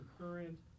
current